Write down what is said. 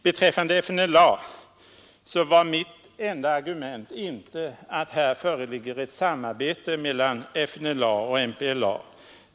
Beträffande FNLA var mitt enda argument inte att här föreligger ett samarbete mellan FNLA och MPLA.